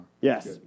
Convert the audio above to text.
Yes